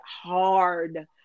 hard